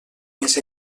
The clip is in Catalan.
més